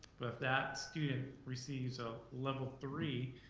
but if that student receives a level three,